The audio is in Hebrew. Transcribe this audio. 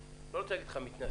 אני לא רוצה להגיד לך מתנשאת